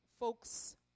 Folks